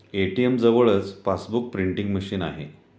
ATM जवळच passbook printing machine आहे